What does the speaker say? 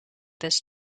this